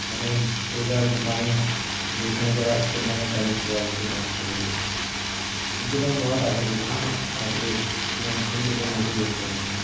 मैंने दो हजार दुकानें देखने के बाद फिर मैं तनिष्क वालों के पास से वो ली उनके पास बहुत आकृति थी आकृतियाँ थी लेकिन मुझे यही पसंद आई